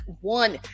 one